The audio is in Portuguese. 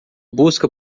busca